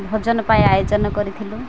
ଭୋଜନ ପାଇଁ ଆୟୋଜନ କରିଥିଲୁ